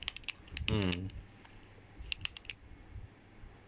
mm